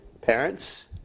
parents